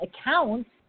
accounts